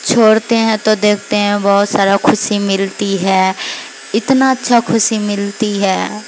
چھوڑتے ہیں تو دیکھتے ہیں بہت سارا خوشی ملتی ہے اتنا اچھا خوشی ملتی ہے